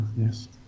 yes